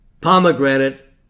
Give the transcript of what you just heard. pomegranate